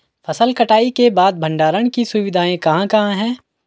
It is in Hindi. फसल कटाई के बाद भंडारण की सुविधाएं कहाँ कहाँ हैं?